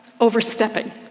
overstepping